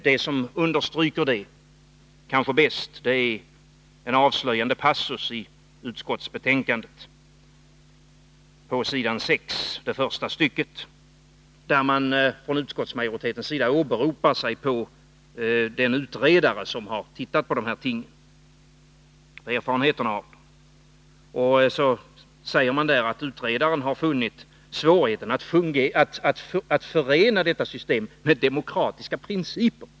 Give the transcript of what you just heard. Det som kanske understryker det bäst är en avslöjande passus i utskottsbetänkandet, första stycket på s. 6, där utskottsmajoriteten åberopar den utredare som har tittat på erfarenheterna av det här systemet. Utskottet säger att utredaren har funnit svårigheter att förena systemet med demokratiska principer.